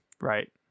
Right